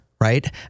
right